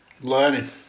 Learning